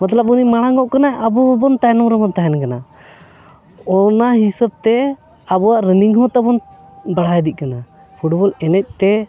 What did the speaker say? ᱢᱚᱛᱞᱚᱵ ᱩᱱᱤ ᱢᱟᱲᱟᱝᱚᱜ ᱠᱟᱱᱟ ᱟᱵᱚ ᱦᱚᱸᱵᱚᱱ ᱛᱟᱭᱱᱚᱢ ᱨᱮᱵᱚᱱ ᱛᱟᱦᱮᱱ ᱠᱟᱱᱟ ᱚᱱᱟ ᱦᱤᱥᱟᱹᱵ ᱛᱮ ᱟᱵᱚᱣᱟᱜ ᱨᱟᱱᱤᱝ ᱦᱚᱸ ᱛᱟᱵᱚᱱ ᱵᱟᱲᱟᱭ ᱤᱫᱤᱜ ᱠᱟᱱᱟ ᱯᱷᱩᱴᱵᱚᱞ ᱮᱱᱮᱡ ᱛᱮ